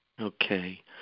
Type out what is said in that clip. Okay